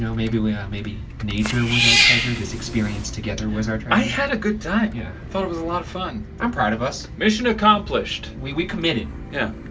you know maybe, we ah, maybe nature was our treasure? this experience together was our treasure? i had a good time. yeah. i thought it was a lot of fun. i'm proud of us. mission accomplished. we we committed. yeah.